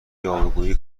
یاوهگویی